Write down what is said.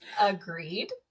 agreed